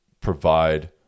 provide